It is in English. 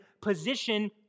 position